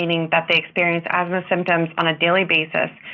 that they experience asthma symptoms on a daily basis,